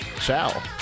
Ciao